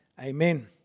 Amen